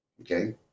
Okay